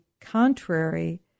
contrary